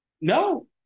No